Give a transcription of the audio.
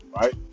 Right